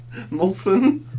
Molson